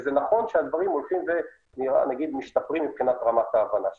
וזה נכון שהדברים הולכים ומשתפרים מבחינת רמת ההבנה שלנו.